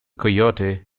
coyote